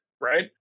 Right